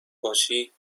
باشی